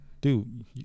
Dude